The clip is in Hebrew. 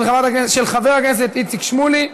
של חבר הכנסת איציק שמולי.